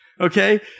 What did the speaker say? Okay